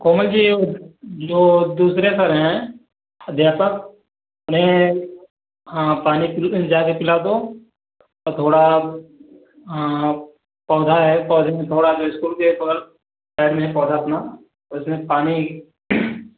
कोमल जी वो जो दूसरे सर हैं अध्यापक उन्हें पानी जा कर पिला दो और थोड़ा पौधा है पौधे में थोड़ा जो स्कूल गेट पर साइड में है पौधा अपना उसमें पानी